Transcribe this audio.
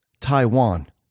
Taiwan